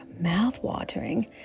mouth-watering